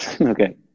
Okay